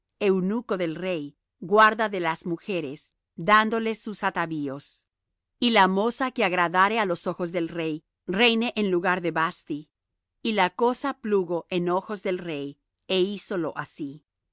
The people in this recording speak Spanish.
eunuco del rey guarda de las mujeres dándoles sus atavíos y la moza que agradare á los ojos del rey reine en lugar de vasthi y la cosa plugo en ojos del rey é hízolo así